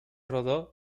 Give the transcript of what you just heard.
rodó